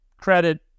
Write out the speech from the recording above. credit